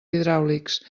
hidràulics